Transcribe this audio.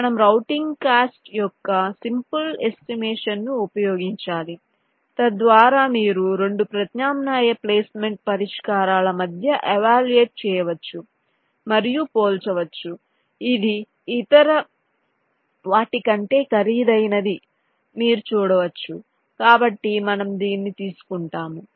మనం routing cost యొక్క simple estimation ను ఉపయోగించాలి తద్వారా మీరు 2 ప్రత్యామ్నాయ ప్లేస్మెంట్ పరిష్కారాల మధ్య ఎవాల్యూయేట్ చేయవచ్చు మరియు పోల్చవచ్చు ఇది ఇతర వాటి కంటే ఖరీదైనదని మీరు చూడవచ్చు కాబట్టి మనం దీన్ని తీసుకుంటాము